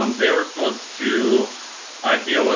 um they were supposed to um ipo in,